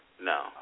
No